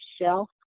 shelf